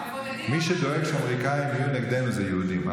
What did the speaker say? מי שדואג שהאמריקאים יהיו נגדנו זה יהודים,